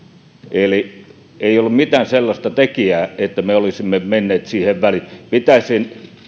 eli ei ollut mitään sellaista tekijää että me olisimme menneet siihen väliin pitäisin